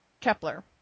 Kepler